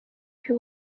più